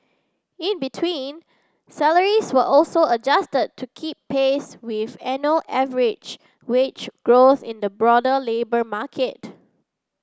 in between salaries were also adjusted to keep pace with annual average wage growth in the broader labour market